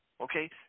Okay